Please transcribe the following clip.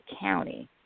county